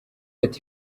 ati